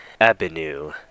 Avenue